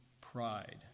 pride